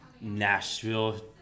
Nashville